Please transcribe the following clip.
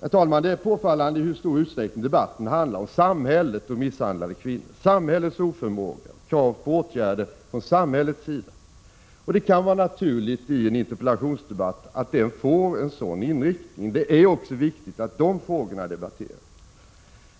Herr talman! Det är påfallande i hur stor utsträckning debatten handlar om samhället och misshandlade kvinnor. Det gäller samhällets oförmåga och krav på nya åtgärder från samhällets sida. Det kan vara naturligt att en interpellationsdebatt får en sådan inriktning. Det är dock också viktigt att dessa frågor debatteras.